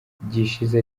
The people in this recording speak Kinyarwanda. gishize